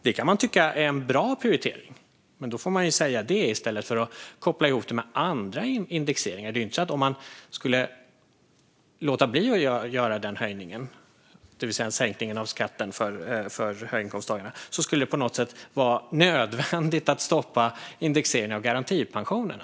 Det kan man tycka är en bra prioritering, men då får man säga det i stället för att koppla ihop det med andra indexeringar. Det är ju inte så att det, om man skulle låta bli att göra höjningen, det vill säga sänkningen av skatten för höginkomsttagare, skulle vara nödvändigt att stoppa indexeringen av garantipensionerna.